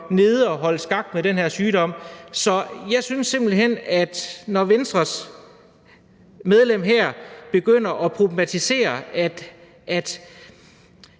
nede og holde den her sygdom i skak. Så når Venstres medlem her begynder at problematisere, at